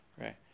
Right